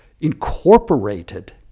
incorporated